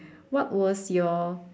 what was your